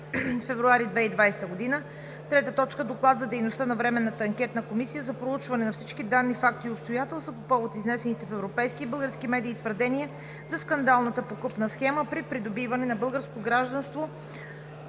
2020 г. 3. Доклад за дейността на Временната анкетна комисия за проучване на всички данни, факти и обстоятелства по повод изнесените в европейски и български медии твърдения за скандалната подкупна схема при придобиване на българско гражданство